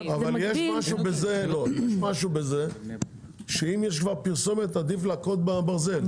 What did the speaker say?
זה מגביל --- יש משהו בזה שאם יש כבר פרסומת עדיף להכות בברזל,